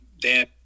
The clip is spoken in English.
Dan